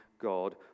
God